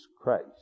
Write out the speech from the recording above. Christ